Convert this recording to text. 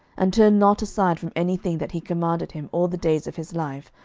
and turned not aside from any thing that he commanded him all the days of his life,